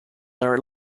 are